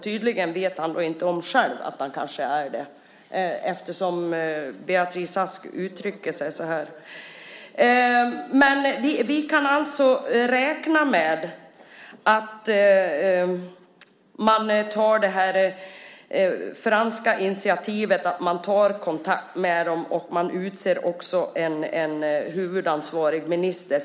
Tydligen vet han då inte själv att han är det, eftersom Beatrice Ask uttrycker sig så här. Men vi kan alltså räkna med att man svarar på det franska initiativet, tar kontakt med dem och också utser en huvudansvarig minister.